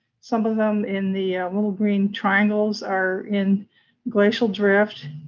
some of them in the little green triangles are in glacial drift,